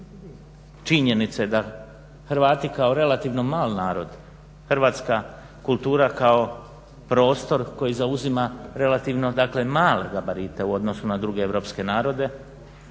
činjenice da Hrvati kao relativno mal narod hrvatska kultura kao prostor koji zauzima relativno male gabarite u odnosu na druge europske narode